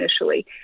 initially